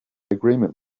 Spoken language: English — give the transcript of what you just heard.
agreement